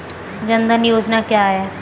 जनधन योजना क्या है?